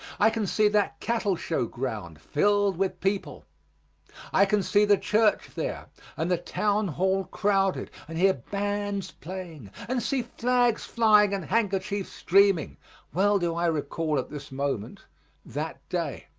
i can see that cattle-show ground filled with people i can see the church there and the town hall crowded, and hear bands playing, and see flags flying and handkerchiefs streaming well do i recall at this moment that day.